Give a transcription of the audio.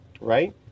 Right